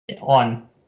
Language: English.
on